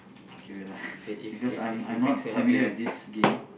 K K wait ah because I'm I'm not familiar with this game